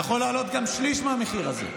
הוא יכול לעלות גם שליש מהמחיר הזה,